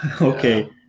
Okay